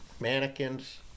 mannequins